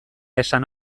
esan